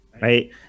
right